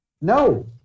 No